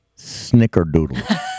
Snickerdoodle